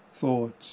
thoughts